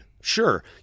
Sure